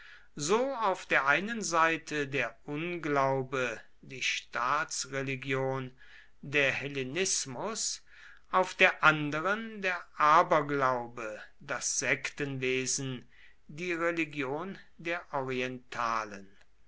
so auf der einen seite der unglaube die staatsreligion der hellenismus auf der anderen der aberglaube das sektenwesen die religion der orientalen